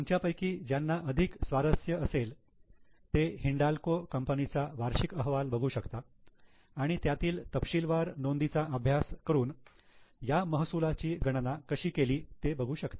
तुमच्यापैकी ज्यांना अधिक स्वारस्य असेल ते हिंडल्को कंपनीचा वार्षिक अहवाल बघू शकता आणि त्यातील तपशीलवार नोंदीचा अभ्यास करून या महसूलाची गणना कशी केली ते बघू शकता